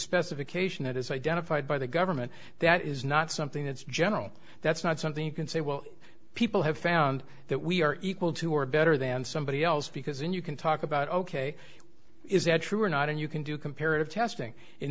specification that is identified by the government that is not something that's general that's not something you can say well people have found that we are equal to or better than somebody else because then you can talk about ok is that true or not and you can do comparative testing in